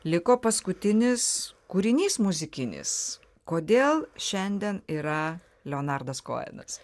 liko paskutinis kūrinys muzikinis kodėl šiandien yra leonardas koenas